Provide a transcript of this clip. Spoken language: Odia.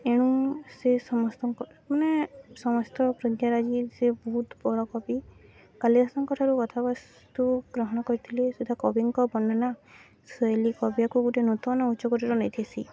ଏଣୁ ସେ ସମସ୍ତଙ୍କ ମାନେ ସମସ୍ତ ପ୍ରଜ୍ଞାରାଜି ସିଏ ବହୁତ ବଡ଼ କବି କାଳିଦାସଙ୍କ ଠାରୁ କଥାବସ୍ତୁ ଗ୍ରହଣ କରିଥିଲେ ସୁଧା କବିଙ୍କ ବର୍ଣ୍ଣନା ଶୈଳୀ କାବ୍ୟକୁ ଗୋଟେ ନୂତନ ଉଚ୍ଚକୋଟୀର ନେଇଥିସି